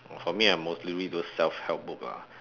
for me I mostly read those self-help book lah